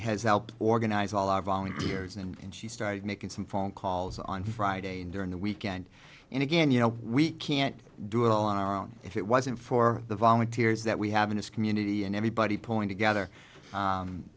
has helped organize all our volunteers and she started making some phone calls on friday and during the weekend and again you know we can't do it on our own if it wasn't for the volunteers that we have in this community and everybody pulling together